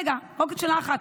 רגע, רק עוד שאלה אחת.